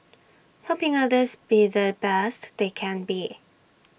helping others be the best they can be